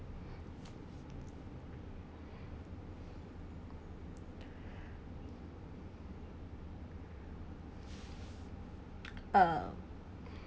uh